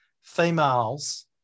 females